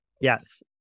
Yes